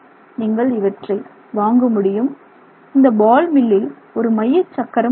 நீங்கள் இவற்றை வாங்க முடியும் இந்த பால் மில்லில் ஒரு மைய சக்கரம் உள்ளது